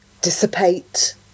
dissipate